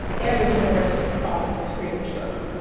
every generation is called to this freedom struggle.